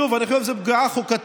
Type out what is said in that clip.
שוב, אני חושב שזו פגיעה חוקתית.